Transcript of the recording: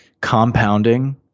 compounding